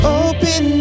open